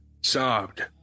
sobbed